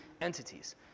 entities